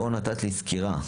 נתת לי פה סקירה.